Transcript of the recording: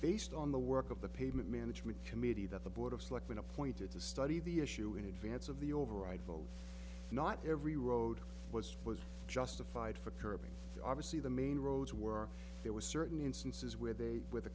based on the work of the pavement management committee that the board of selectmen appointed to study the issue in advance of the override vote not every road was was justified for curbing obviously the main roads were there were certain instances where they w